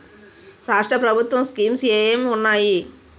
రాష్ట్రం ప్రభుత్వ స్కీమ్స్ ఎం ఎం ఉన్నాయి?